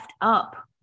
up